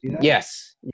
yes